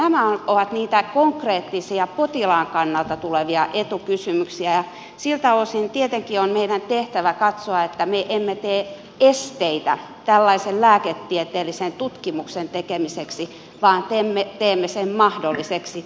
nämä ovat niitä konkreettisia etukysymyksiä potilaan kannalta ja siltä osin tietenkin on meidän tehtävämme katsoa että me emme tee esteitä tällaisen lääketieteellisen tutkimuksen tekemiseksi vaan teemme sen mahdolliseksi